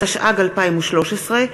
התשע"ג 2013,